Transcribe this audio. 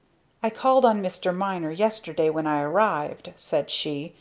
i called on mr. miner yesterday when i arrived, said she,